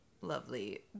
lovely